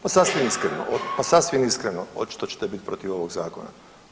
Pa sasvim iskreno, pa sasvim iskreno očito ćete biti protiv ovog zakona.